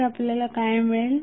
तर आपल्याला काय मिळेल